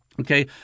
Okay